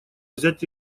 взять